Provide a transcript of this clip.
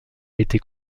été